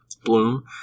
Bloom